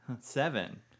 Seven